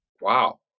Wow